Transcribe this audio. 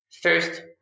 first